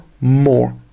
more